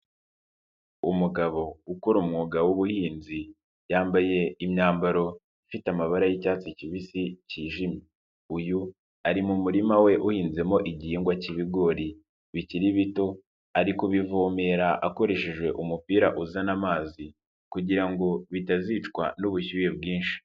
Umugabo ukora umwuga w'ubuhinzi, yambaye imyambaro ifite amabara y'icyatsi kibisi cyijimye, uyu ari mu murima we uhinzemo igihingwa cyibigori bikiri bito, ari kubivomera akoresheje umupira uzana amazi kugira ngo bitazicwa n'ubushyuhe bwinshi.